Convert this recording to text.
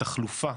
התחלופה